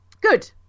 Good